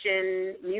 music